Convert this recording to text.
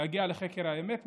ולהגיע לחקר האמת,